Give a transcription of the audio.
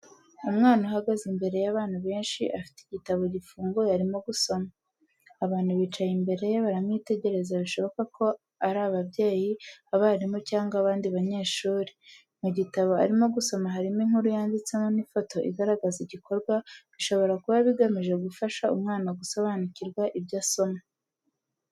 Umwana uhagaze imbere y’abantu benshi, afite igitabo gifunguye arimo gusomamo. Abantu bicaye imbere ye baramwitegereza bishoboka ko ari ababyeyi, abarimu, cyangwa abandi banyeshuri. Mu gitabo arimo gusoma harimo inkuru yanditse n'ifoto igaragaza igikorwa, bishobora kuba bigamije gufasha umwana gusobanukirwa ibyo asoma.